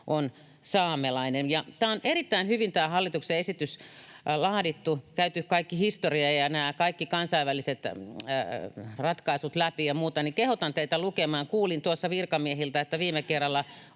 on saamelainen. Ja tämä hallituksen esitys on erittäin hyvin laadittu. On käyty kaikki historia ja kaikki kansainväliset ratkaisut läpi ja muuta. Kehotan teitä lukemaan. Kuulin tuossa virkamiehiltä, että viime kerralla